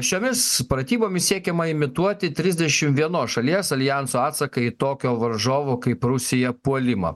šiomis pratybomis siekiama imituoti trisdešim vienos šalies aljanso atsaką į tokio varžovo kaip rusija puolimą